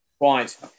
Right